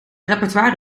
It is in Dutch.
repertoire